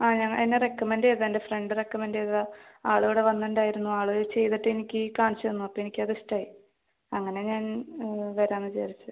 ആ ഞാൻ എന്നെ റെക്കമെൻഡ് ചെയ്ത എൻ്റെ ഫ്രണ്ട് റെക്കമെൻഡ് ചെയ്തതാണ് ആളിവിടെ വന്നിട്ടുണ്ടായിരുന്നു ആൾ ചെയ്തിട്ട് എനിക്ക് കാണിച്ച് തന്നു അപ്പോൾ എനിക്ക് അത് ഇഷ്ടമായി അങ്ങനെ ഞാൻ വരാമെന്ന് വിചാരിച്ചു